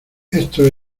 esto